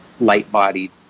light-bodied